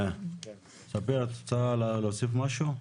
ספיר, את רוצה להוסיף משהו?